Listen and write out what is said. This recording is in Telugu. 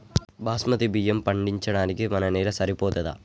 బాస్మతి బియ్యం పండించడానికి మన నేల సరిపోతదా?